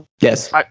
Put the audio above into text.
yes